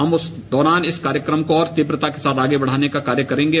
हम उस दौरान इस कार्यक्रम को और तीव्रता को साथ आगे बढ़ने का कार्य करेंगे